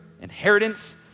inheritance